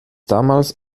damals